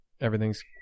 everything's